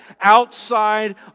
outside